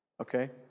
okay